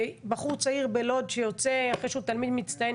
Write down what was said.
בחור צעיר בלוד שיוצא אחרי שהוא תלמיד מצטיין,